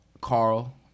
Carl